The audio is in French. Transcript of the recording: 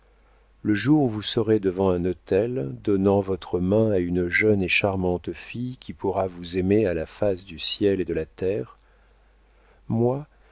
le jour où vous serez devant un autel donnant votre main à une jeune et charmante fille qui pourra vous aimer à la face du ciel et de la terre moi